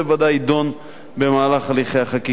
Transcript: זה בוודאי יידון במהלך הליכי החקיקה.